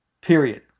period